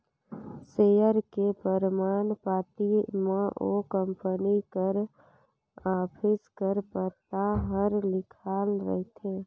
share के परमान पाती म ओ कंपनी कर ऑफिस कर पता हर लिखाल रहथे